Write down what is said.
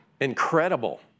incredible